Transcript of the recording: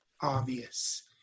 obvious